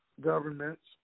governments